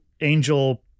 angel